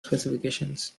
specifications